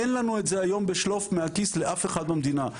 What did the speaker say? אין לנו את זה היום בשלוף מהכיס לאף אחד מהמדינה,